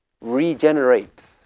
regenerates